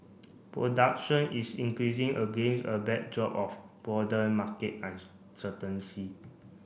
production is increasing against a backdrop of broader market uncertainty